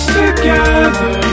together